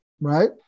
Right